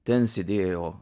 ten sėdėjo